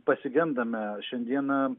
pasigendame šiandieną